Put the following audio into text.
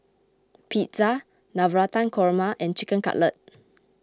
Pizza Navratan Korma and Chicken Cutlet